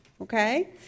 okay